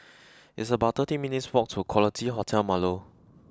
it's about thirteen minutes' walk to Quality Hotel Marlow